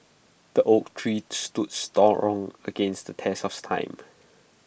the oak tree stood strong against the test of time